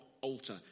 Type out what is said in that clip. alter